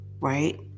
right